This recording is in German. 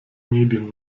medien